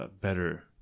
better